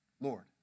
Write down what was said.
Lord